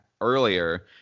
earlier